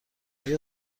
آیا